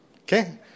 Okay